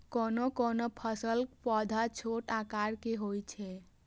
कोनो कोनो फलक पौधा छोट आकार के होइ छै